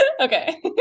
Okay